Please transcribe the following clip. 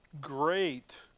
great